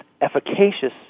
efficacious